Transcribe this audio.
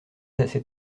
assez